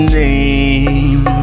name